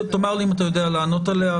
תאמר לי אם אתה יודע לענות עליה.